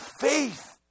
faith